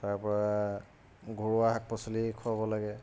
তাৰপৰা ঘৰুৱা শাক পাচলি খুৱাব লাগে